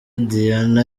diana